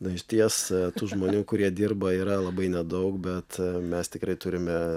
na išties tų žmonių kurie dirba yra labai nedaug bet mes tikrai turime